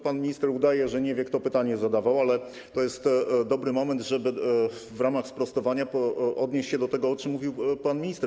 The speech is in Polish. Pan minister udaje, że nie wie, kto pytanie zadawał, ale to jest dobry moment, żeby w ramach sprostowania odnieść się do tego, o czym mówił pan minister.